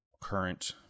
current